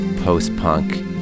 post-punk